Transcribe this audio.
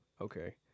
okay